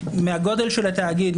מהגודל של התאגיד,